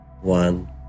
one